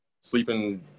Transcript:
Sleeping